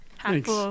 Thanks